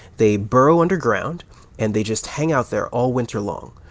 they burrow underground and they just hang out there all winter long.